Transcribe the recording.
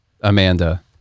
Amanda